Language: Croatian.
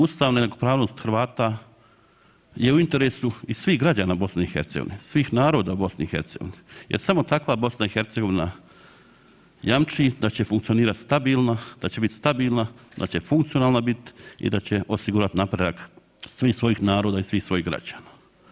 Ustavna jednakopravnost Hrvata je u interesu i svih građana BiH, svih naroda u BiH jer samo takva BiH jamči da će funkcionirati stabilna, da će biti stabilna, da će funkcionalna biti i da će osigurati napredak svih svojih naroda i svih svojih građana.